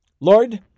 Lord